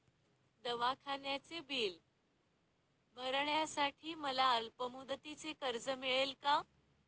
दवाखान्याचे बिल भरण्यासाठी मला अल्पमुदतीचे कर्ज मिळेल का?